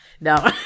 No